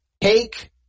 Take